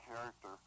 character